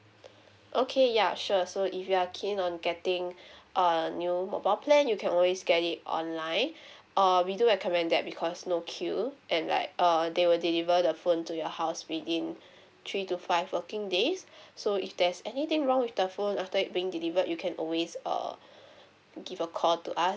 okay ya sure so if you are keen on getting a new mobile plan you can always get it online err we do recommend that because no queue and like err they will deliver the phone to your house within three to five working days so if there's anything wrong with the phone after it being delivered you can always err give a call to us